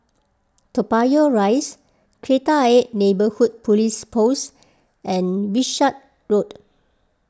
Toa Payoh Rise Kreta Ayer Neighbourhood Police Post and Wishart Road